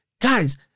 guys